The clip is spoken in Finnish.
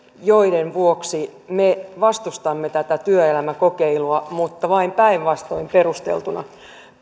joiden vuoksi me vastustamme tätä työelämäkokeilua mutta vain päinvastoin perusteltuna